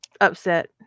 upset